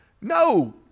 No